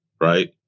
Right